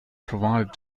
provided